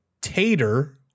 tater